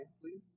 please